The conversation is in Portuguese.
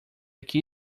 aqui